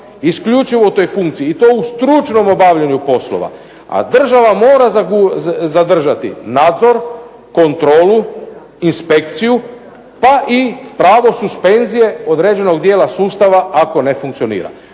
isključivo u toj funkciji i to u stručnom obavljanju poslova. A država mora zadržati nadzor, kontrolu, inspekciju pa i pravo suspenzije određenog dijela sustava ako ne funkcionira.